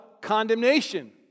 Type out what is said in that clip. condemnation